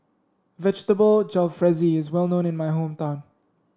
Vegetable Jalfrezi is well known in my hometown